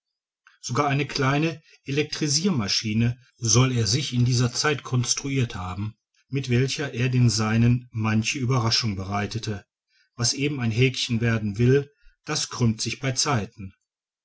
sogar eine kleine elektrisirmaschine soll er sich in dieser zeit construirt haben mit welcher er den seinen manche ueberraschung bereitete was eben ein häckchen werden will das krümmt sich bei zeiten